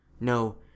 No